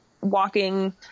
walking